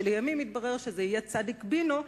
שלימים התברר שזה יהיה צדיק בינו,